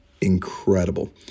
incredible